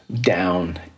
down